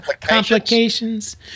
Complications